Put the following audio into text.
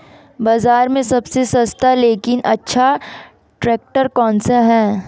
बाज़ार में सबसे सस्ता लेकिन अच्छा ट्रैक्टर कौनसा है?